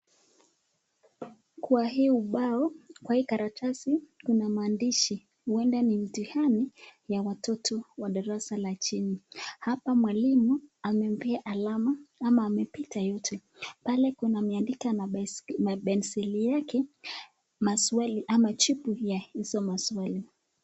Kwa hii ubao, kwa hii karatsai kuna maandishi huenda ni mtihani ya watoto wa darasa la chini. Hapa mwalimu amempea alama ama amepita yote, pale ameandika na penseli yake maswali ama jibu ya hizo maswali.